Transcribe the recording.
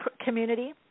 community